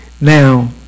now